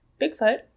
Bigfoot